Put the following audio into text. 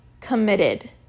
committed